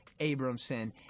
Abramson